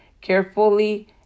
carefully